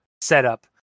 setup